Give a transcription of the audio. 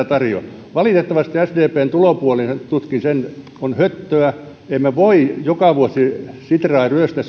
tarjoa valitettavasti sdpn tulopuoli tutkin sen on höttöä emme voi joka vuosi sitraa ryöstää